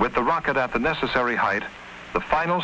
with the rocket at the necessary hide the final